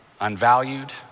unvalued